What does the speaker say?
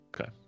Okay